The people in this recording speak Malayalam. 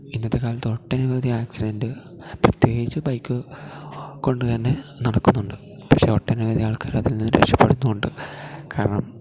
ഇന്നത്തെ ക്കാലത്ത് ഒട്ടനവധി ആക്സിഡന്റ് പ്രത്യേകിച്ചു ബൈക്ക് കൊണ്ട് തന്നെ നടക്കുന്നുണ്ട് പക്ഷെ ഒട്ടനവധി ആൾക്കാർ അതിൽ നിന്ന് രക്ഷപ്പെടുന്നുമുണ്ട് കാരണം